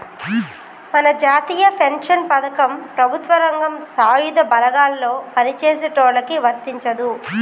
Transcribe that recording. మన జాతీయ పెన్షన్ పథకం ప్రభుత్వ రంగం సాయుధ బలగాల్లో పని చేసేటోళ్ళకి వర్తించదు